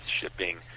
shipping